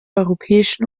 europäischen